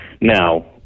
Now